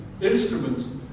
instruments